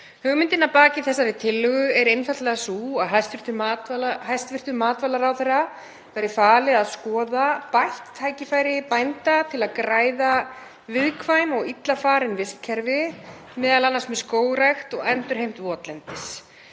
Hugmyndin að baki þessari tillögu er einfaldlega sú að hæstv. matvælaráðherra verði falið að skoða bætt tækifæri bænda til að græða viðkvæm og illa farin vistkerfi, m.a. með skógrækt og endurheimt votlendis.